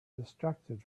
distracted